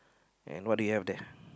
and what do you have there